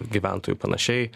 gyventojų panašiai